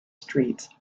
streets